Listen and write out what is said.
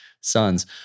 sons